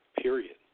period